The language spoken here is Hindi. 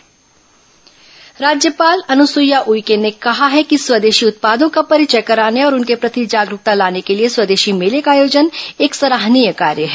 स्वदेशी मेला राज्यपाल अनुसुईया उइके ने कहा है कि स्वदेशी उत्पादों का परिचय कराने और उनके प्रति जागरूकता लाने के लिए स्वदेशी मेले का आयोजन एक सराहनीय कार्य है